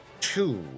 two